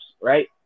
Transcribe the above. right